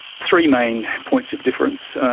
three main points of difference.